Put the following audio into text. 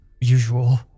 usual